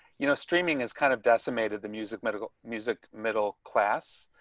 you know, streaming is kind of decimated the music medical music middle class.